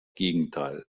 gegenteil